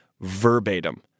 verbatim